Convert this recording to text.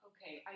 Okay